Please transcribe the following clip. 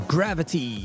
Gravity